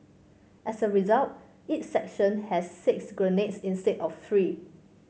as a result each section had six grenades instead of three